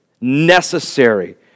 necessary